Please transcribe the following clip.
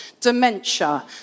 dementia